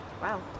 Wow